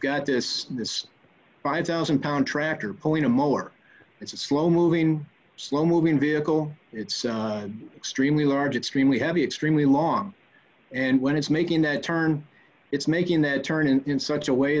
got this this five thousand pound tractor pulling a mole or it's a slow moving slow moving vehicle it's extremely large extremely heavy extremely long and when it's making that turn it's making that turn in such a way